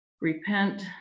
repent